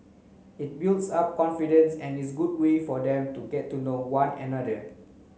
it builds up confidence and is good way for them to get to know one another